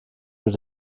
mit